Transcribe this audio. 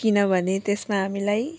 किनभने त्यसमा हामीलाई